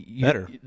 Better